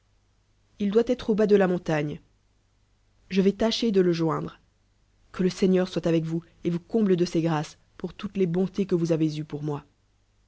il doit être au bas de la montagoe je vais dcber de le joindre que le seigneur soit avec vons et vous cpmble de ses grkes pour toutes les bontés que vou avez eues pour moi